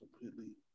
completely